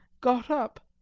got up.